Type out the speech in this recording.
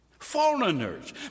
Foreigners